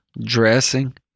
dressing